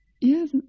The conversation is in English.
Yes